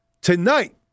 Tonight